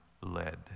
led